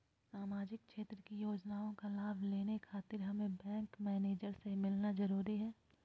सामाजिक क्षेत्र की योजनाओं का लाभ लेने खातिर हमें बैंक मैनेजर से मिलना जरूरी है?